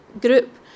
group